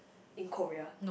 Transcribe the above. in Korea